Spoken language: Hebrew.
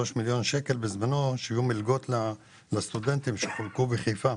מיליון שקלים למלגות לסטודנטים והן חולקו בחיפה?